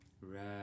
Right